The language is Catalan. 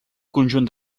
conjunt